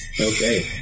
Okay